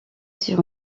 sur